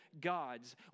gods